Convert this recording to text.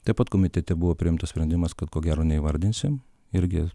taip pat komitete buvo priimtas sprendimas kad ko gero neįvardinsim irgi